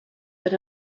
but